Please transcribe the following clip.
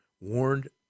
warned